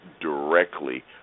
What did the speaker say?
directly